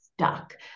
stuck